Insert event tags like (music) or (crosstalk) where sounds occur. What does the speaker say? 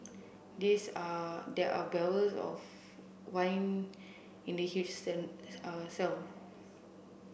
these are there are barrels of wine in the huge (unintelligible)